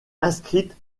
inscrites